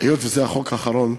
שהיות שזה החוק האחרון,